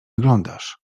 wyglądasz